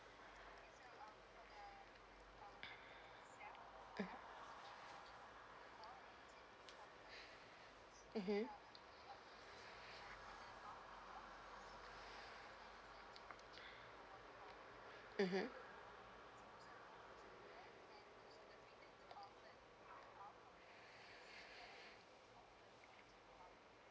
mmhmm mmhmm mmhmm